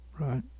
right